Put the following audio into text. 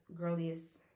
girliest